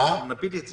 סעיף 4